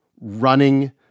running